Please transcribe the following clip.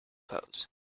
pose